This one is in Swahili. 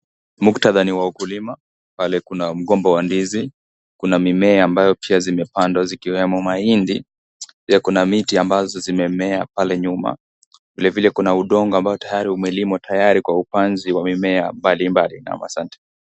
Muktadha ni wa ukulima, pale kuna mgomba wa ndizi, kuna mimea ambayo pia zimepandwa zikiwemo mahindi pia kuna miti ambazo zimemema pale nyuma, vile vile kuna udongo ambao tayari umelimwa tayari kwa upanzi wa mimea mbali mbali, naam asanti.